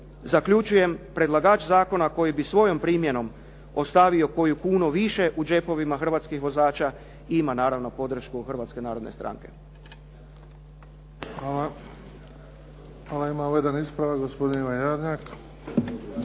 Zaključujem, predlagač zakona koji bi svojom primjenom ostavio koju kunu više u đepovima hrvatskih vozača ima naravno podršku Hrvatske narodne stranke. **Bebić, Luka (HDZ)** Hvala. Imamo jedan ispravak gospodin Ivan Jarnjak.